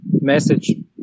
message